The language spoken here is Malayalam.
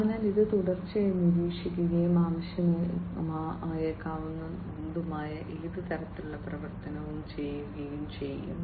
അതിനാൽ ഇത് തുടർച്ചയായി നിരീക്ഷിക്കുകയും ആവശ്യമായേക്കാവുന്ന ഏത് തരത്തിലുള്ള പ്രവർത്തനവും ചെയ്യുകയും ചെയ്യും